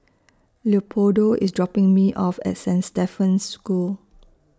Leopoldo IS dropping Me off At Saint Stephen's School